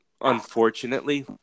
unfortunately